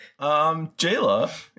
Jayla